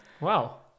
Wow